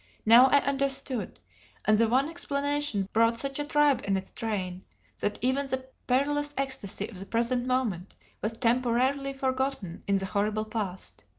now i understood and the one explanation brought such a tribe in its train, that even the perilous ecstasy of the present moment was temporarily forgotten in the horrible past.